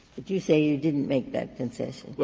but you say you didn't make that concession.